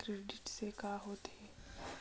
Credit से का होथे?